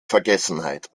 vergessenheit